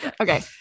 Okay